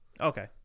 Okay